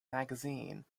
magazine